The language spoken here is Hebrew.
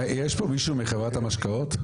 יש פה מישהו מחברת המשקאות?